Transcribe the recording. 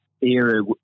era